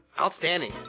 Outstanding